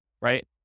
right